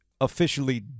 officially